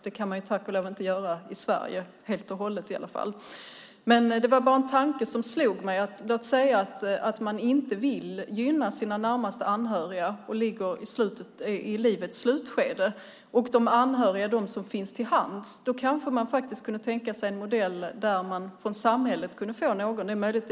Det kan man tack och lov inte göra helt och hållet i Sverige. Låt säga att man inte vill gynna sina närmast anhöriga och är i livets slutskede. Då kanske man kan tänka sig en modell där man kunde få någon från samhället.